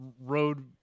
road